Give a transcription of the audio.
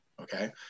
Okay